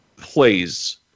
plays